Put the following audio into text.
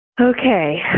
Okay